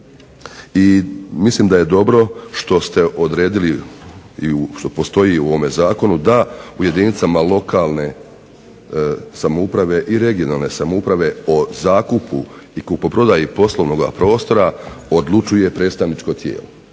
I mislim da je dobro što ste odredili i što postoji u ovom Zakonu da u jedinicama lokalne samouprave i regionalne samouprave o zakupu i kupoprodaji poslovnoga prostora odlučuje predstavničko tijelo.